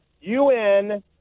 UN